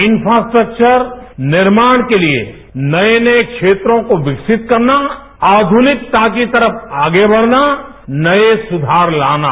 infrastructure निर्माण के लिए नए नए क्षेत्रों को विकसित करना आग्रनिकता की तरफ आगे बढ़ना नए सुधार लाना